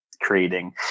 creating